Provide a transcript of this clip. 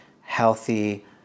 healthy